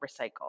recycle